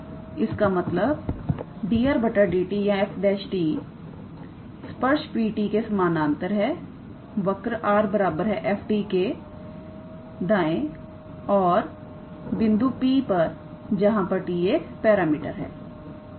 तो इसका मतलब d𝑟⃗dt या 𝑓 ′ 𝑡 स्पर्श PT के समानांतर है वर्क 𝑟⃗ 𝑓⃗𝑡 के दाएं और बिंदु P पर जहां पर t एक पैरामीटर है